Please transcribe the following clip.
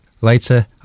Later